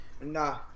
Nah